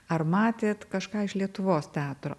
ar matėt kažką iš lietuvos teatro